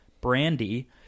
brandy